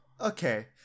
okay